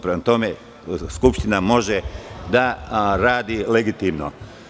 Prema tome, Skupština može da radi legitimno.